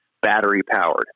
battery-powered